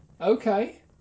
okay